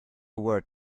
word